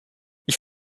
ich